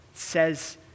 says